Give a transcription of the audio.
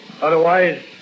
Otherwise